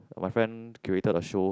my friend curated a show